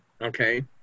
Okay